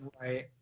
Right